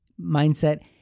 mindset